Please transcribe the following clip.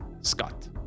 Scott